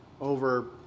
over